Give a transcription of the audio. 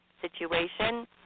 situation